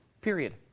Period